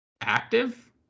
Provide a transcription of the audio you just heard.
active